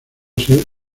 ser